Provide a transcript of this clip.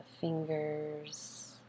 fingers